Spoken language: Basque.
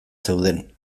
zeuden